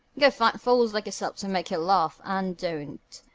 go find fools like yourself to make you laugh and don't.